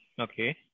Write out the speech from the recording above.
Okay